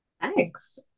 Thanks